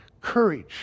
courage